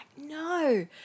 no